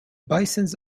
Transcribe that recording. bisons